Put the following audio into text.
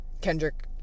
Kendrick